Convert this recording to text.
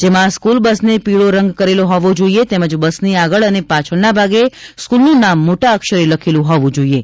જેમાં સ્ક્રલ બસને પીળો રંગ કરેલો હોવો જોઈએ તેમજ બસની આગળ અને પાછળના ભાગે સ્કૂલનું નામ મોટા અક્ષરે લખેલું હોવું જોઈએ